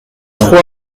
trois